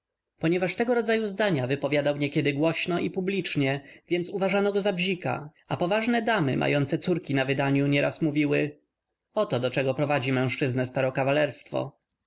ponieważ tego rodzaju zdania wypowiadał niekiedy głośno i publicznie więc uważano go za bzika a poważne damy mające córki na wydaniu nieraz mówiły oto do czego prowadzi mężczyznę starokawalerstwo z